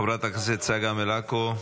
חברת הכנסת צגה מלקו,